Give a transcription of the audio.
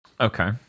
Okay